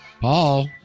Paul